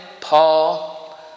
Paul